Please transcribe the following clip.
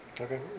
Okay